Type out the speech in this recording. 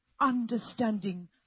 understanding